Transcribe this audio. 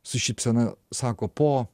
su šypsena sako po